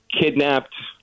kidnapped